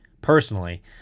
personally